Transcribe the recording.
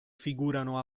figurano